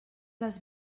les